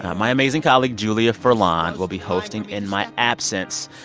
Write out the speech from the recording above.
my amazing colleague julia furlan will be hosting in my absence.